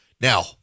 Now